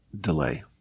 delay